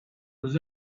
was